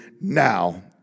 now